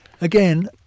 again